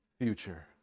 future